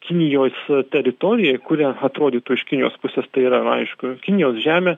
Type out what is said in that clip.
kinijojs teritorijoj kuria atrodytų iš kinijos pusės tai yra aišku kinijos žemė